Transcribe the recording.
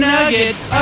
Nuggets